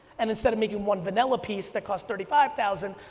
and instead of making one vanilla piece that cost thirty five thousand,